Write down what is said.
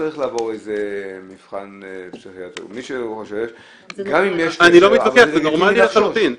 אחת המסקנות תהיה במסגרת --- אני חושבת שזו מסקנה שבהחלט צריך ליישם.